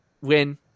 win